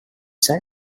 say